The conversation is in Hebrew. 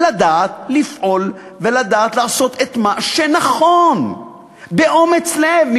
לדעת לפעול ולדעת לעשות את מה שנכון באומץ לב,